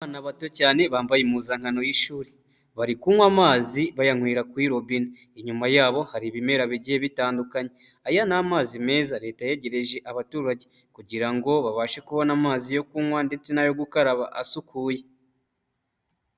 Abana bato cyane bambaye impuzankano y'ishuri bari kunywa amazi bayanywera kuri robine inyuma yabo hari ibimera bigiye bitandukanye aya ni amazi meza leta yegereje abaturage kugira ngo babashe kubona amazi yo kunywa ndetse n'ayo gukaraba asukuye.